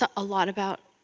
ah a lot about.